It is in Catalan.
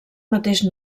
mateix